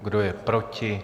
Kdo je proti?